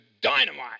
dynamite